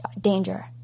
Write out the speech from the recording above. Danger